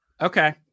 Okay